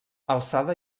alçada